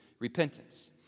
repentance